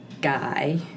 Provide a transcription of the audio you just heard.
guy